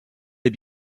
est